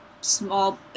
small